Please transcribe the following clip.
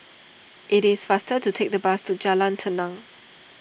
it is faster to take the bus to Jalan Tenang